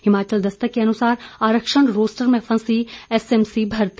हिमाचल दस्तक के अनुसार आरक्षण रोस्टर में फंसी एस एम सी भर्ती